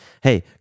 hey